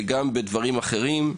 גם בדברים אחרים,.